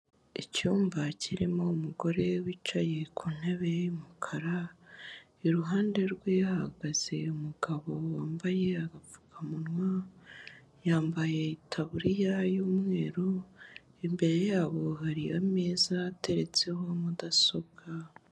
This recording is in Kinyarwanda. Icyumba kirimo umugore wicaye ku ntebe y'umukara, iruhande rwe hahagaze umugabo wambaye agapfukamunwa, yambaye itaburiya y'umweru imbere yabo hari ameza ateretseho mudasobwa.